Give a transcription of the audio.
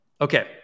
Okay